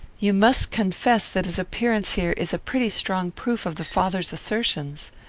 you must confess that his appearance here is a pretty strong proof of the father's assertions.